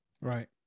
Right